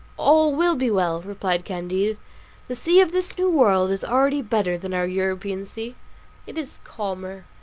all will be well, replied candide the sea of this new world is already better than our european sea it is calmer,